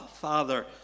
Father